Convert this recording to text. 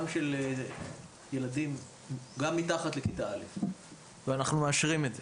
גם לילדים לפני כיתה א' ואנחנו מאשרים את זה.